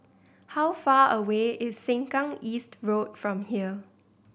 how far away is Sengkang East Road from here